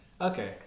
Okay